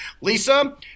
lisa